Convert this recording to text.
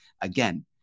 again